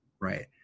right